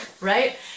right